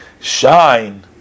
shine